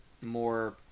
more